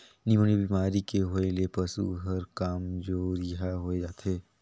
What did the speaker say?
pneumonia बेमारी के होय ले पसु हर कामजोरिहा होय जाथे